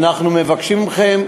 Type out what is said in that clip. אנחנו מבקשים מכם,